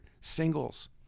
singles